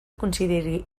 consideri